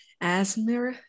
asthma